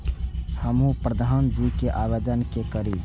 हमू प्रधान जी के आवेदन के करी?